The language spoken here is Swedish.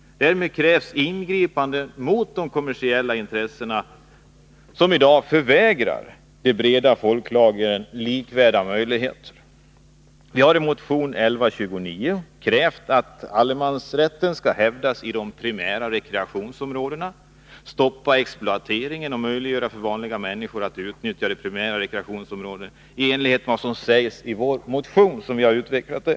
Därmed krävs ingripande mot de kommersiella intressena, som i dag förvägrar de breda folklagren likvärdiga möjligheter. Vi har i motion 1129 krävt att allemansrätten skall hävdas i de primära rekreationsområdena, att exploateringen skall stoppas och att möjligheter för vanliga människor att utnyttja de primära rekreationsområdena säkras i enlighet med vad som sägs i vår motion och som jag har utvecklat här.